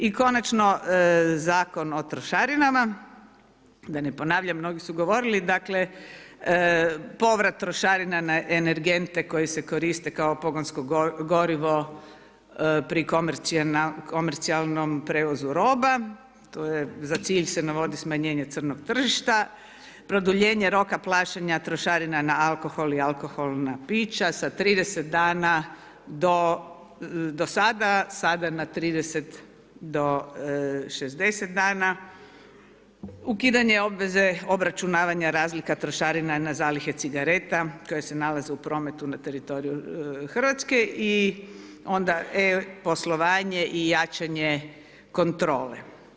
I konačno Zakon o trošarinama, da ne ponavljam mnogi su govorili dakle, povrat trošarina na energente koji se koriste kao pogonsko gorivo pri komercijalnom prijevozu roba, to je, za cilj se navodi smanjenje crnog tržišta, produljenje roka plaćanja trošarina na alkohol i alkoholna pića sa 30 dana do sada, sada na 30 do 60 dana, ukidanje obveze obračunavanja razlika trošarina na zalihe cigareta koje se nalaze u prometu na teritoriju Hrvatske i onda E-poslovanje i jačanje kontrole.